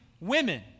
women